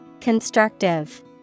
Constructive